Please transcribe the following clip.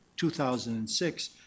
2006